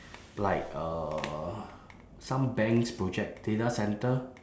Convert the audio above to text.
like uh some banks project data centre